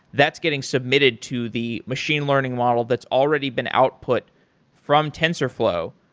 that's getting submitted to the machine learning model that's already been output from tensorflow.